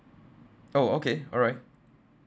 oh okay alright